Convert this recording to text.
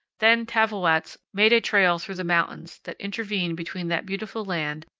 then tavwoats made a trail through the mountains that intervene between that beautiful land,